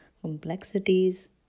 complexities